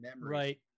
right